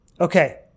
Okay